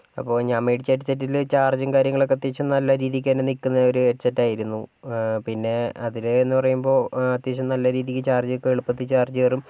അപ്പം ഞാൻ മേടിച്ച ഹെഡ്സെറ്റില് ചാര്ജും കാര്യങ്ങളൊക്കെ പ്രത്യേകിച്ച് നല്ല രീതിക്ക് തന്നെ നിൽക്കുന്ന ഒരു ഹെഡ്സെറ്റ് ആയിരുന്നു പിന്നെ അതില് എന്ന് പറയുമ്പോൾ അത്യാവശ്യം നല്ല രീതിയില് ചാർജ് നിൽക്കുക എളുപ്പത്തിൽ ചാർജ് കയറും